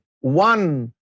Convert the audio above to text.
one